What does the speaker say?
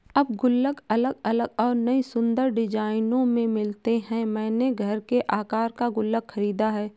अब गुल्लक अलग अलग और नयी सुन्दर डिज़ाइनों में मिलते हैं मैंने घर के आकर का गुल्लक खरीदा है